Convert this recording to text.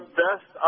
best